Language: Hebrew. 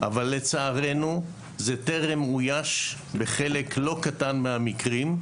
אבל לצערנו זה טרם אויש בחלק לא קטן מהמקרים,